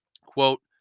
quote